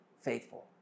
faithful